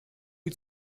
die